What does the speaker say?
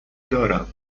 دارم